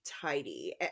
tidy